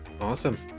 Awesome